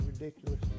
ridiculous